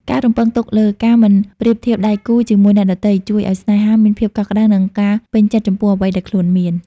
ការរំពឹងទុកលើ "ការមិនប្រៀបធៀបដៃគូជាមួយអ្នកដទៃ" ជួយឱ្យស្នេហាមានភាពកក់ក្ដៅ និងការពេញចិត្តចំពោះអ្វីដែលខ្លួនមាន។